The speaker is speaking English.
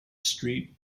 street